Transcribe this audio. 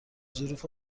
ظروف